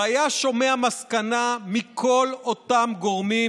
והיה שומע מסקנה מכל אותם גורמים,